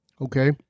Okay